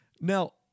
Now